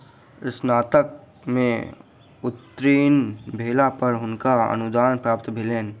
स्नातक में उत्तीर्ण भेला पर हुनका अनुदान प्राप्त भेलैन